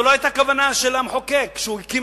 זו לא היתה הכוונה של המחוקק כשהוא הקים